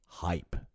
hype